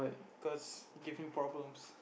cause give me problems